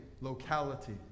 locality